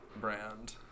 brand